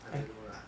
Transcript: I don't know lah